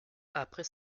après